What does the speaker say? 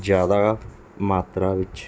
ਜ਼ਿਆਦਾ ਮਾਤਰਾ ਵਿੱਚ